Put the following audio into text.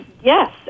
yes